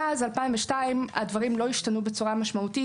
מאז 2002 הדברים לא השתנו בצורה משמעותית,